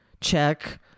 check